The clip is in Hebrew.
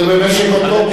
זה במשק אוטופי.